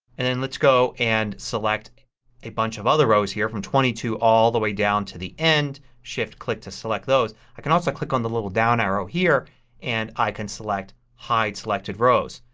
and and let's go and select a bunch of other rows here from twenty two all the way down to the end. shift click to select those. i can also click on the little down arrow here and i can select hide selected rows.